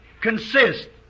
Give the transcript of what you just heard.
consist